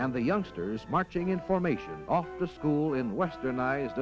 and the youngsters marching in formation all the school in westernized